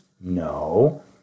no